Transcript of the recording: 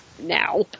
now